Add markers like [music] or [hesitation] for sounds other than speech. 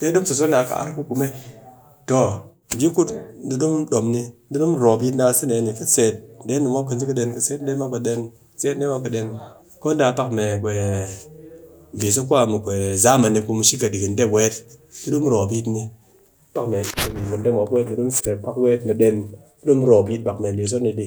Deh dɨ mu so soni a kɨ ar ku kume, toh mbi so ni ku dee di mu ɗom ni, dee dɨ mu ropp yit ni a sɨse dee ni, ka seet dee ni mop ka ji ka den, ka seet dee mop, ka seet dee mop ka den, ko ya pak mee [hesitation] mbi so kwa ni [hesitation] mbiso kwa mɨ zamani ku mushiga ɗikin dee weet, du mu ropp yit ni, pak [noise] du mu serep pak weet mu den, ti du mu roop yit pak mee mbiso ni dɨ.